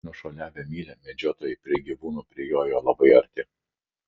nušuoliavę mylią medžiotojai prie gyvūnų prijojo labai arti